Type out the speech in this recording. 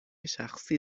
شخصی